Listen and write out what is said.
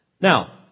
Now